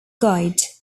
guide